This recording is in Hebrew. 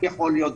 יכול להיות,